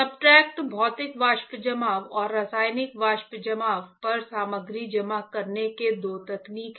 substrate भौतिक वाष्प जमाव और रासायनिक वाष्प जमाव पर सामग्री जमा करने की दो तकनीक हैं